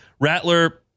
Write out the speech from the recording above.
Rattler